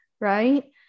right